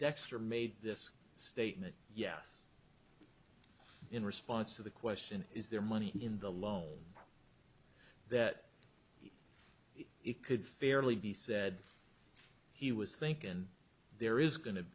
dexter made this statement yes in response to the question is there money in the loan that it could fairly be said he was think and there is going to